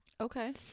Okay